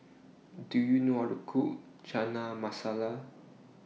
Do YOU know How to Cook Chana Masala